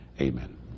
Amen